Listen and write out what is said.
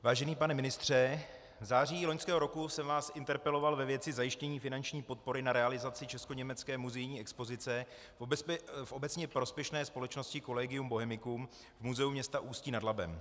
Vážený pane ministře, v září loňského roku jsem vás interpeloval ve věci zajištění finanční podpory na realizaci českoněmecké muzejní expozice v obecně prospěšné společnosti Collegium Bohemicum v muzeu města Ústí nad Labem.